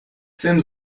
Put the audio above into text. цим